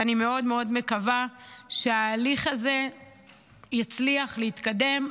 ואני מאוד מאוד מקווה שההליך הזה יצליח להתקדם.